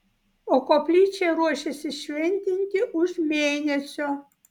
o koplyčią ruošiasi šventinti už mėnesio